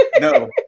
No